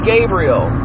Gabriel